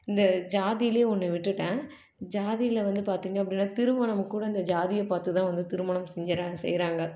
இந்த ஜாதியிலே ஒன்று விட்டுட்டேன் ஜாதியில வந்து பார்த்திங்க அப்படின்னா திருமணமும் கூட இந்த ஜாதியை பார்த்து தான் வந்து திருமணம் செய்யிறா செய்கிறாங்க